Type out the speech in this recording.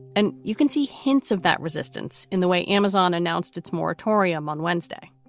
and you can see hints of that resistance in the way amazon announced its moratorium on wednesday